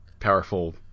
Powerful